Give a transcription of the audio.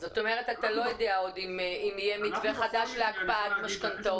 זאת אומרת אתה לא יודע עוד אם יהיה מתווה חדש להקפאת משכנתאות.